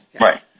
Right